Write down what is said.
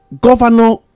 governor